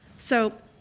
so